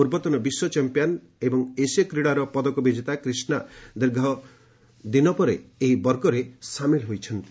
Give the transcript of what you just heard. ପୂର୍ବତନ ବିଶ୍ୱ ଚମ୍ପିଆନ୍ ଏବଂ ଏସୀୟ କ୍ରୀଡ଼ାର ପଦକ ବିଜେତା କ୍ରିଷ୍ଣା ଦୀର୍ଘ ଦିନ ପରେ ଏହି ବର୍ଗରେ ସାମିଲ ହୋଇଛନ୍ତି